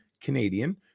Canadian